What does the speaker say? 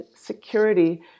security